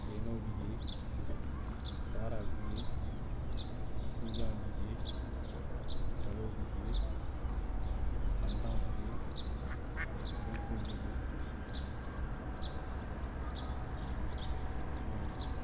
kenoo bi jee, faaraa bi jee. sinjaŋo bi jee, taloo bi jee. bantaŋo bi jee. bunkuŋo bi jee. nŋa wolu le loŋ